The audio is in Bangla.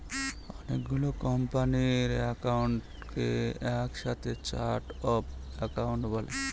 অনেকগুলো কোম্পানির একাউন্টকে এক সাথে চার্ট অফ একাউন্ট বলে